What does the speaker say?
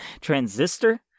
transistor